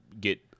get